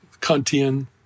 Kantian